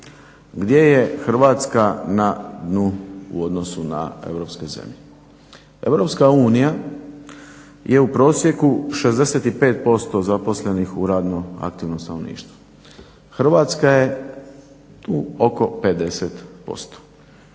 gdje je Hrvatska na dnu u odnosu na europske zemlje. Europska unija je u prosjeku 65% zaposlenih u radno aktivnom stanovništvu. Hrvatska je oko 50%.